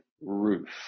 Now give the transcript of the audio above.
Roof